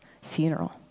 funeral